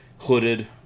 hooded